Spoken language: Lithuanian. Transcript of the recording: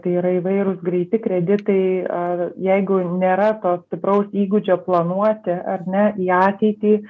tai yra įvairūs greiti kreditai ar jeigu nėra to stipraus įgūdžio planuoti ar ne į ateitį